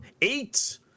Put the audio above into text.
eight